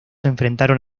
enfrentaron